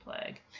plague